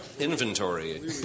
Inventory